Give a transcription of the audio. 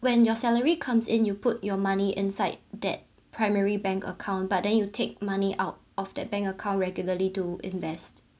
when your salary comes in you put your money inside that primary bank account but then you take money out of that bank account regularly to invest